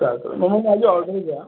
चालतं मग मग माझी ऑर्डर घ्या